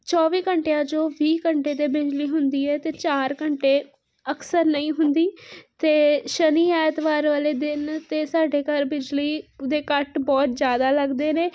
ਚੌਵੀ ਘੰਟਿਆਂ 'ਚੋਂ ਵੀਹ ਘੰਟੇ ਤਾਂ ਬਿਜਲੀ ਹੁੰਦੀ ਹੈ ਅਤੇ ਚਾਰ ਘੰਟੇ ਅਕਸਰ ਨਹੀਂ ਹੁੰਦੀ ਅਤੇ ਸ਼ਨੀ ਐਤਵਾਰ ਵਾਲੇ ਦਿਨ ਤਾਂ ਸਾਡੇ ਘਰ ਬਿਜਲੀ ਦੇ ਕੱਟ ਬਹੁਤ ਜ਼ਿਆਦਾ ਲੱਗਦੇ ਨੇ